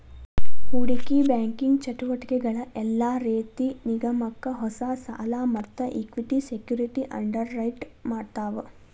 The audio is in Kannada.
ಹೂಡಿಕಿ ಬ್ಯಾಂಕಿಂಗ್ ಚಟುವಟಿಕಿಗಳ ಯೆಲ್ಲಾ ರೇತಿ ನಿಗಮಕ್ಕ ಹೊಸಾ ಸಾಲಾ ಮತ್ತ ಇಕ್ವಿಟಿ ಸೆಕ್ಯುರಿಟಿ ಅಂಡರ್ರೈಟ್ ಮಾಡ್ತಾವ